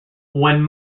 when